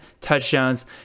touchdowns